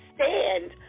stand